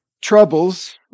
troubles